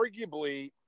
arguably